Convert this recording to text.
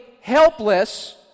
helpless